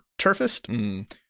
turfist